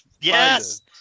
Yes